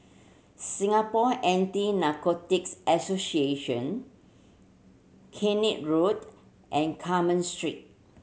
Singapore Anti Narcotics Association Keene Road and Carmen Street